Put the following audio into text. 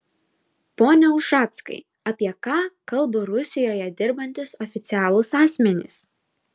pone ušackai apie ką kalba rusijoje dirbantys oficialūs asmenys